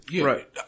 Right